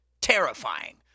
terrifying